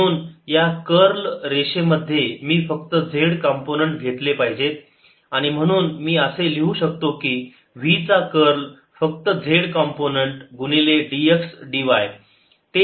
म्हणून या कर्ल रेषेमध्ये मी फक्त z कंपोनंन्ट घेतले पाहिजेत आणि म्हणून मी असे लिहू शकतो की v चा कर्ल फक्त z कंपोनंन्ट गुणिले dx dy